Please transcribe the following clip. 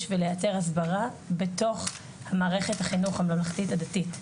ולייצר הסברה בתוך מערכת החינוך הממלכתית הדתית.